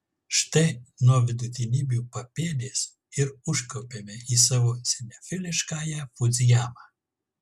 štai nuo vidutinybių papėdės ir užkopėme į savo sinefiliškąją fudzijamą